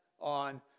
on